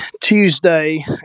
Tuesday